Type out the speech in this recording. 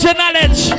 knowledge